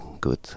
good